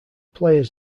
players